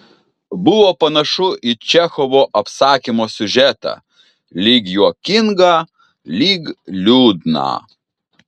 buvo panašu į čechovo apsakymo siužetą lyg juokingą lyg liūdną